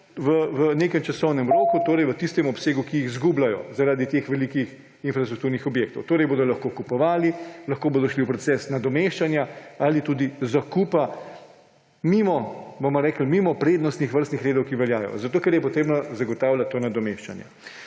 v nekem časovnem roku v tistem obsegu, ki ga izgubljajo zaradi teh velikih infrastrukturnih objektov. Torej bodo lahko kupovali, lahko bodo šli v proces nadomeščanja ali tudi zakupa, bomo rekli mimo prednostnih vrstnih redov, ki veljajo, zato ker je potrebno zagotavljati to nadomeščanje.